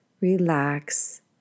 relax